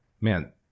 man